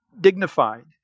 dignified